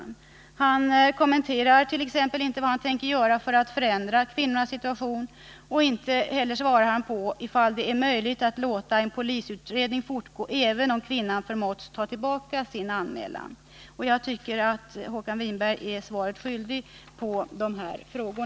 Håkan Winberg nämner t.ex. inte vad han tänker göra för att förändra kvinnornas situation. Inte heller svarar han på om det är möjligt att låta en polisutredning fortgå, även om kvinnan förmåtts ta tillbaka sin anmälan. Jag tycker att Håkan Winberg är svaret skyldig på dessa frågor.